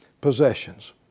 possessions